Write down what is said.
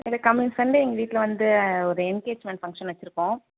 எங்களுக்கு coming Sunday எங்கள் வீட்டில வந்து ஒரு என்கேஜ்மெண்ட் ஃபங்க்ஷன் வச்சிருக்கோம்